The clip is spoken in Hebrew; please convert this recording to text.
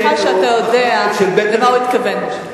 (תשלום לבן זוג של פדוי שבי שהוכר לאחר פטירתו),